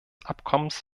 abkommens